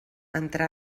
entrà